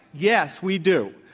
yes, we do.